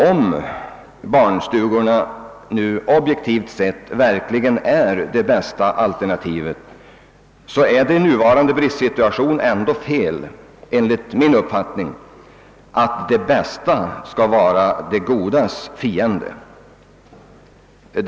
Om barnstugorna, objektivt sett, verkligen är det bästa alternativet, är det i nuvarande bristsituation ändå fel att det bästa skall vara det godas fiende.